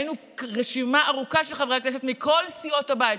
רשימה ארוכה של חברי כנסת מכל סיעות הבית,